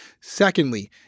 Secondly